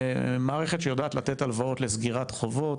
מערכת שיודעת לתת הלוואות לסגירת חובות